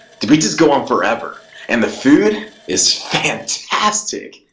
the beaches go on forever and the food is fantastic.